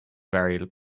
very